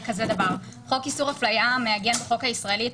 חוק איסור הפליה מעגן בחוק הישראלי את